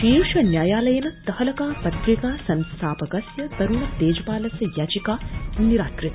शीर्ष न्यायालयेन तहलका पत्रिका संस्थापकस्य तरुण तेजपालस्य याचिका निराकता